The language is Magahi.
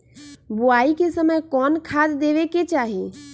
बोआई के समय कौन खाद देवे के चाही?